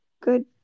Good